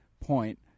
point